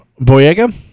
Boyega